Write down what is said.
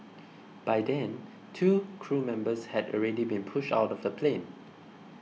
by then two crew members had already been pushed out of the plane